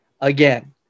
again